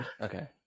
Okay